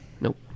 Nope